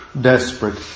desperate